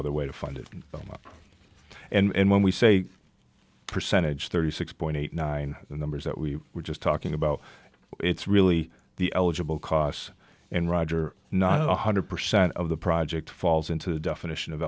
other way to fund it a lot and when we say percentage thirty six point eight nine the numbers that we were just talking about it's really the eligible costs and roger not one hundred percent of the project falls into the definition of